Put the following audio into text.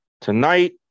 Tonight